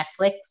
Netflix